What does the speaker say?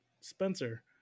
Spencer